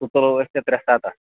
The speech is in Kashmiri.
سُہ تُلو أسۍ ژےٚ ترٛےٚ سَتتھ